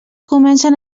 comencen